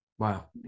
wow